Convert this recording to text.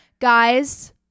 guys